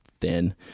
thin